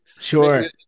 Sure